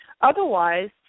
Otherwise